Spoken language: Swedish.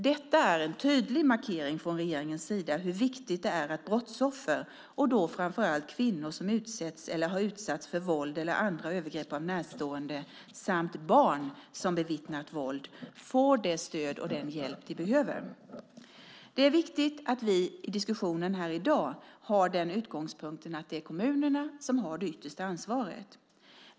Detta är en tydlig markering från regeringens sida hur viktigt det är att brottsoffer, och då framför allt kvinnor som utsätts eller har utsatts för våld eller andra övergrepp av närstående samt barn som bevittnar våld, får det stöd och den hjälp de behöver. Det är viktigt att vi i diskussionen här i dag har utgångspunkten att det är kommunerna som har det yttersta ansvaret.